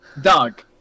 dog